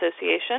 association